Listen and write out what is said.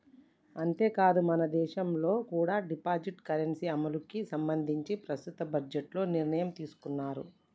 అంతేకాదు మనదేశంలో కూడా డిజిటల్ కరెన్సీ అమలుకి సంబంధించి ప్రస్తుత బడ్జెట్లో నిర్ణయం తీసుకున్నారు